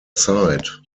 zeit